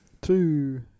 Two